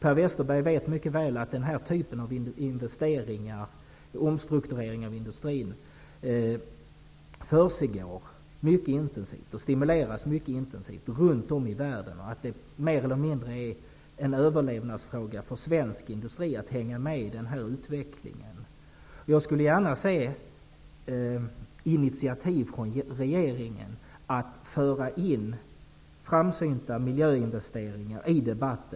Per Westerberg vet mycket väl att den typen av investeringar för omstrukturering av industrin försiggår och stimuleras mycket intensivt runt om i världen. Det är mer eller mindre en överlevnadsfråga för svensk industri att hänga med i den utvecklingen. Jag skulle gärna se att regeringen tog ett initiativ för att föra in frågan om framsynta miljöinvesteringar i debatten.